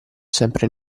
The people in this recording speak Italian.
sempre